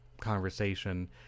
conversation